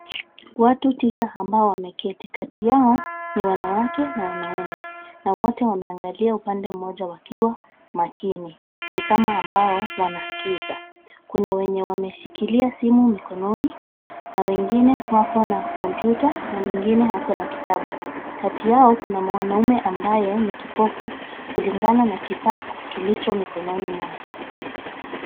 Watu tisa ambao wameketi kati yao, ni wanawake na wanaume, na wote wameangalia upande mmoja wakiwa, makini, ni kama ambao wanaskiza. Kuna wenye wameshikilia simu mikononi, na wengine wako na kompyuta na mwingine ako na kitabu. Kati yao kuna mwanaume ambaye ni kipofu, kulingana na kifaa kilicho mikononi mwake.